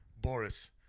Boris